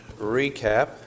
recap